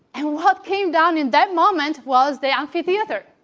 and what came down in that moment was the amphitheater.